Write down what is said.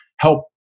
help